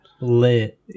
lit